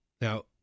Now